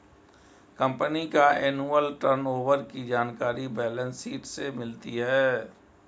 company का annual turnover की जानकारी बैलेंस शीट से मिलती है